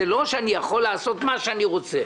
זה לא שאני יכול לעשות מה שאני רוצה.